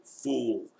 fool